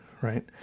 right